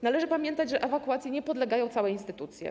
Należy pamiętać, że ewakuacji nie podlegają całe instytucje.